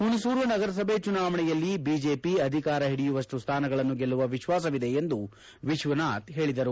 ಹುಣಸೂರು ನಗರಸಭೆ ಚುನಾವಣೆಯಲ್ಲಿ ಬಿಜೆಪಿ ಅಧಿಕಾರ ಹಿಡಿಯುವಷ್ಟು ಸ್ವಾನಗಳನ್ನು ಗೆಲ್ಲುವ ವಿಶ್ವಾಸವಿದೆ ಎಂದು ವಿಶ್ವನಾಥ್ ಹೇಳಿದರು